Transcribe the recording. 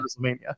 WrestleMania